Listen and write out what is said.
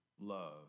love